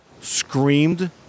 screamed